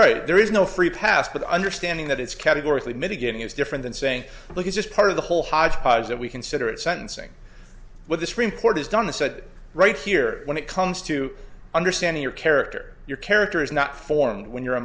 right there is no free pass but understanding that it's categorically mitigating is different than saying look it's just part of the whole hodgepodge that we consider at sentencing what this report has done the said right here when it comes to understanding your character your character is not formed when you're a